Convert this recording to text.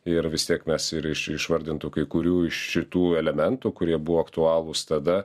ir vis tiek mes ir iš išvardintų kai kurių iš šitų elementų kurie buvo aktualūs tada